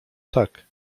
tak